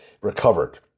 recovered